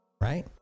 right